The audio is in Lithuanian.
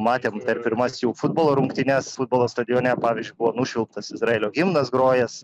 matėm per pirmas jau futbolo rungtynes futbolo stadione pavyzdžiui buvo nušvilptas izraelio himnas grojęs